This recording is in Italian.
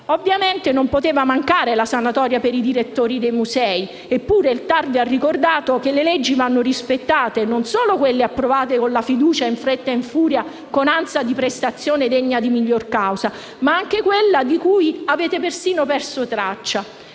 Ovviamente, non poteva mancare la sanatoria per i direttori dei musei. Eppure, il TAR vi ha ricordato che le leggi vanno rispettate, e non solo quelle approvate con la fiducia in fretta e furia con ansia di prestazione degna di miglior causa, ma anche quelle di cui avete persino perso traccia.